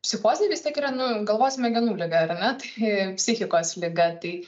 psichozė vis tiek yra nu galvos smegenų liga ar ne tai psichikos liga tai